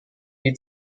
est